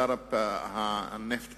שר הנפט